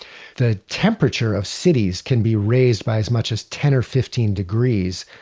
the temperature of cities can be raised by as much as ten or fifteen degrees